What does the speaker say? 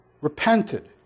repented